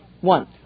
One